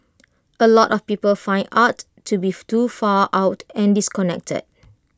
A lot of people find art to beef too far out and disconnected